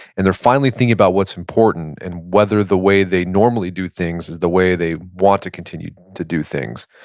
and they're finally thinking about what's important and whether the way they normally do things is the way they want to continue to do things.